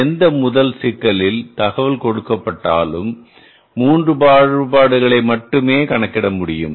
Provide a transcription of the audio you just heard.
எந்த முதல் சிக்கலில்தகவல் கொடுக்கப்பட்டாலும் 3 மாறுபாடுகளை மட்டுமே கணக்கிட முடியும்